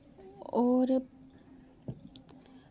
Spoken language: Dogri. और